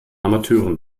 amateuren